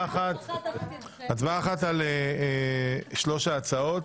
הצבעה אחת על שלוש ההצעות.